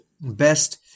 best